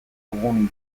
dugun